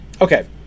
Okay